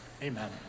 Amen